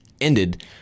ended